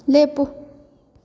ꯂꯦꯞꯄꯨ